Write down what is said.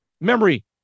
memory